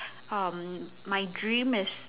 um my dream is